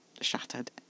shattered